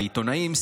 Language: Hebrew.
העיתונאים,